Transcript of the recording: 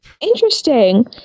Interesting